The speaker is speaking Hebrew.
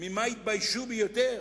ממה התביישו ביותר?